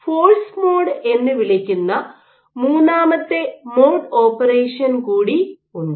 force mode എന്ന് വിളിക്കുന്ന മൂന്നാമത്തെ മോഡ് ഓപ്പറേഷൻ കൂടി ഉണ്ട്